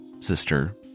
sister